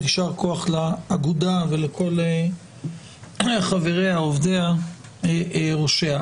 יישר כוח לאגודה ולכל חבריה, עובדיה וראשיה.